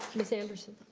ms. anderson.